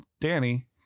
Danny